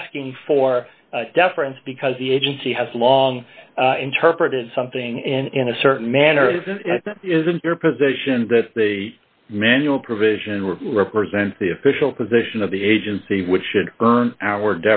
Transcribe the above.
asking for deference because the agency has long interpreted something in a certain manner it isn't isn't their position that the manual provisions were represent the official position of the agency which should earn our